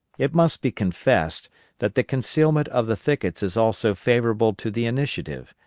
it must be confessed that the concealment of the thickets is also favorable to the initiative,